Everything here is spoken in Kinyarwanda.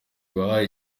wabaye